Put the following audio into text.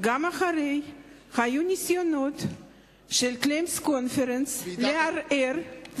היו ניסיונות של ה-Claims Conference לערער,